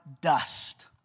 dust